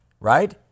right